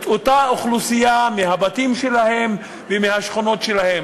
אותה אוכלוסייה מהבתים שלה ומהשכונות שלה.